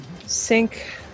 sink